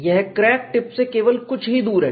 यह crack tip से केवल कुछ ही दूर है